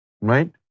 right